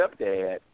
stepdad